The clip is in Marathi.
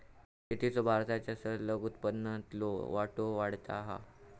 शेतीचो भारताच्या सकल उत्पन्नातलो वाटो वाढता हा